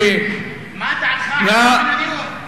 מה דעתך על הנאום של ח'אלד משעל?